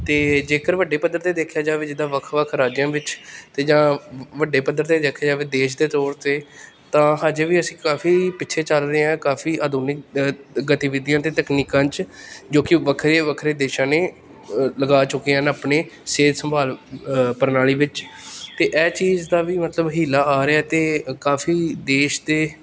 ਅਤੇ ਜੇਕਰ ਵੱਡੇ ਪੱਧਰ 'ਤੇ ਦੇਖਿਆ ਜਾਵੇ ਜਿੱਦਾਂ ਵੱਖ ਵੱਖ ਰਾਜਿਆਂ ਵਿੱਚ ਅਤੇ ਜਾਂ ਵੱਡੇ ਪੱਧਰ 'ਤੇ ਦੇਖਿਆ ਜਾਵੇ ਦੇਸ਼ ਦੇ ਤੌਰ 'ਤੇ ਤਾਂ ਹਜੇ ਵੀ ਅਸੀਂ ਕਾਫੀ ਪਿੱਛੇ ਚੱਲ ਰਹੇ ਹਾਂ ਕਾਫੀ ਆਧੁਨਿਕ ਗਤੀਵਿਧੀਆਂ ਅਤੇ ਤਕਨੀਕਾਂ 'ਚ ਜੋ ਕਿ ਵੱਖਰੇ ਵੱਖਰੇ ਦੇਸ਼ਾਂ ਨੇ ਲਗਾ ਚੁੱਕੇ ਹਨ ਆਪਣੇ ਸਿਹਤ ਸੰਭਾਲ ਪ੍ਰਣਾਲੀ ਵਿੱਚ ਅਤੇ ਇਹ ਚੀਜ਼ ਦਾ ਵੀ ਮਤਲਬ ਹੀਲਾ ਆ ਰਿਹਾ ਅਤੇ ਕਾਫੀ ਦੇਸ਼ ਅਤੇ